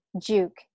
Juke